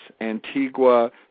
Antigua